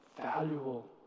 valuable